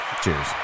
Cheers